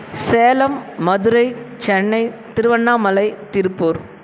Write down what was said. Salem Madurai Chennai Tiruvannamalai Tiruppur